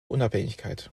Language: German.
unabhängigkeit